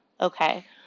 okay